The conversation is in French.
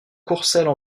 courcelles